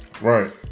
Right